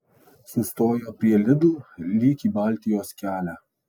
sustojo prie lidl lyg į baltijos kelią